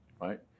right